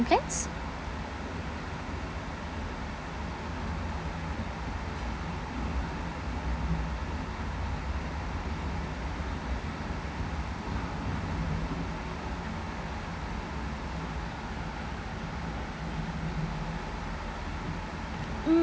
plans mm